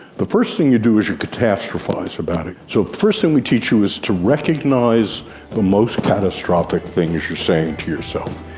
the first thing you do is you catastrophise about it. so the first thing we teach you is to recognise the most catastrophic things you're saying to yourself.